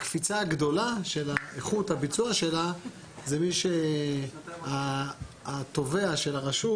הקפיצה הגדולה של איכות הביצוע שלה זה כשהתובע של הרשות